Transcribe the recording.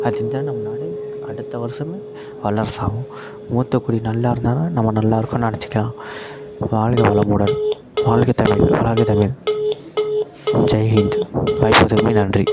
அப்படி செஞ்சால் நம் நாடு அடுத்த வருஷமே வல்லரசாகவும் மூத்தக் குடி நல்லா இருந்தால் தான் நம்ம நல்லா இருக்கோம்னு நினச்சிக்கலாம் வாழ்க வளமுடன் வாழ்க தமிழ் வளர்க தமிழ் ஜெய்ஹிந்த் வாய்ப்பு கொடுத்தமைக்கு நன்றி